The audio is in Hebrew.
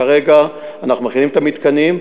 כרגע אנחנו מכינים את המתקנים.